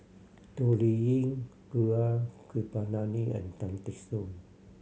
Toh Liying Gaurav Kripalani and Tan Teck Soon